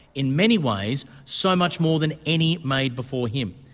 in many ways so much more than any made before him.